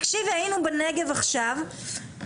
תקשיבי, היינו בנגב עכשיו,